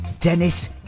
Dennis